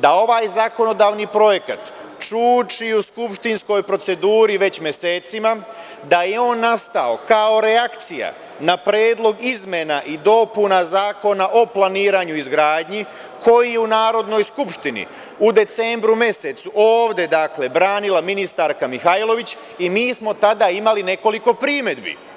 da ovaj zakonodavni projekat čuči u skupštinskoj proceduri već mesecima, da je on nastao kao reakcija na Predlog izmena i dopuna Zakona o planiranju i izgradnji, koji je u Narodnoj skupštini u decembru mesecu ovde branila ministarka Mihajlović i mi smo tada imali nekoliko primedbi.